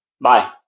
Bye